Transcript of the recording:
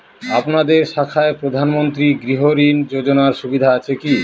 আপনাদের শাখায় প্রধানমন্ত্রী গৃহ ঋণ যোজনার সুবিধা আছে কি?